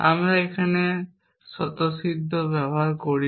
আমরা এখানে কোন স্বতঃসিদ্ধ ব্যবহার করিনি